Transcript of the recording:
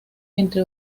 entre